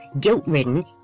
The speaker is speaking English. guilt-ridden